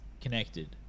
connected